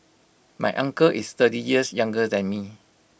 my uncle is thirty years younger than me